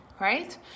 right